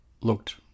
looked